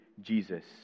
Jesus